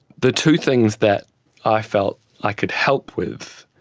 the two things that i felt i could help with,